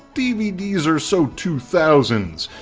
dvds are so two thousands!